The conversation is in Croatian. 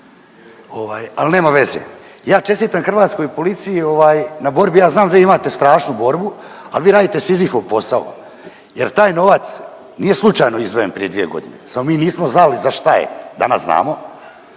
ali nema veze. Ja čestitam hrvatskoj policiji ovaj na borbi, ja znam da vi imate strašnu borbu, ali vi radite Sizifov posao jer taj novac nije slučajno izdvojen prije 2 godine samo mi nismo znali za šta je, danas znamo.